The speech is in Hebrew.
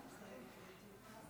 כנסת נכבדה,